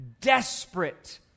desperate